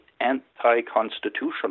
anti-constitutional